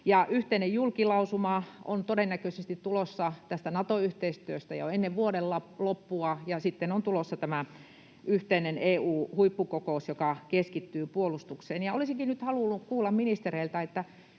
Yhteinen julkilausuma on todennäköisesti tulossa tästä Nato-yhteistyöstä jo ennen vuoden loppua, ja sitten on tulossa tämä yhteinen EU-huippukokous, joka keskittyy puolustukseen. Olisinkin nyt halunnut kuulla ministereiltä: